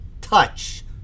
touch